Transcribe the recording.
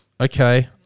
Okay